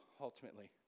ultimately